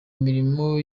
imirimo